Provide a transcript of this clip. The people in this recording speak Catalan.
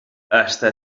està